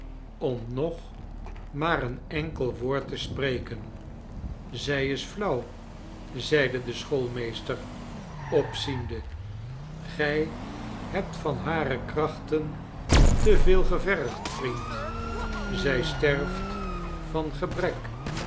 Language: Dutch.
om nog maar een enkel woord te spreken zij is flauw zeide de schoolmeester opziende gij hebt van hare krachten te veel gevergd vriend zij sterft van gebrek